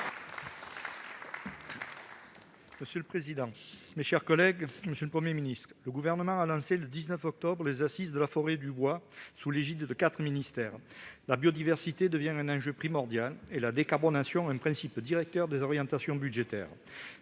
pour le groupe Les Républicains. Monsieur le Premier ministre, le Gouvernement a lancé, le 19 octobre dernier, les Assises de la forêt et du bois, sous l'égide de quatre ministères. La biodiversité devient un enjeu primordial et la décarbonation, un principe directeur des orientations budgétaires.